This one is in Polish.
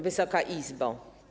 Wysoka Izbo!